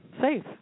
safe